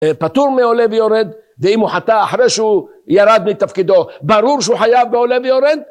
פטור מעולה ויורד, ואם הוא חטא אחרי שהוא ירד מתפקידו, ברור שהוא חייב בעולה ויורד?